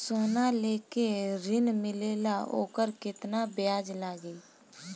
सोना लेके ऋण मिलेला वोकर केतना ब्याज लागी?